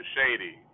Shady